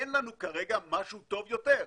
אין לנו כרגע משהו טוב יותר.